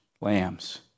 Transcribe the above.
lambs